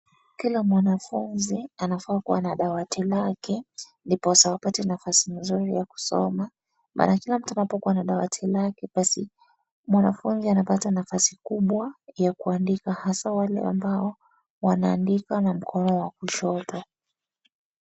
Kila mwanafunzi anafaa kuwa na dawati lake , ndiposa wapate nafasi mzuri ya kusoma maana kila mtu anapokuwa na dawati lake basi , mwanafunzi anapata nafasi kubwa ya kuandika hasa wale ambao wanaandika na mkono wa kushoto.